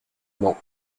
mans